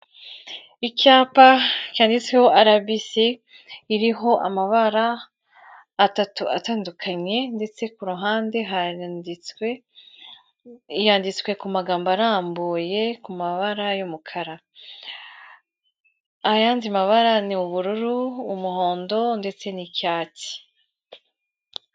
Icyapa cyanditseho rbc iriho amabara atatu atandukanye ndetse kuhande yanditseho amagambo arambuye mu mabara y'umukara; ayandi mabara ni ubururu, umuhondo n'icyatsi.